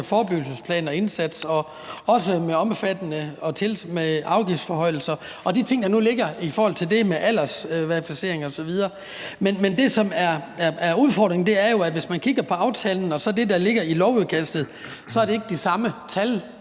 forebyggelsesplan og indsats også omfattende afgiftsforhøjelser og de ting, der nu ligger i forhold til det, med aldersverificering osv. Men det, som er udfordringen, er, at hvis man kigger på aftalen og så det, der ligger i lovudkastet, er det ikke de samme tal,